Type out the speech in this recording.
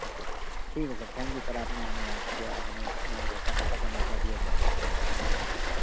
اچھا ٹھیک ہے سر ٹھینک یو سر آپ نے ہمیں یاد کیا ہمیں سہایتا کا موقع دیا سر ٹھینک یو سر